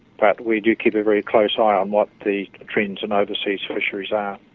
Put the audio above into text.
but we do keep a very close eye on what the trends in overseas fisheries are.